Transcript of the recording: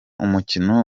umukino